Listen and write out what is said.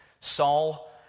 Saul